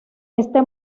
este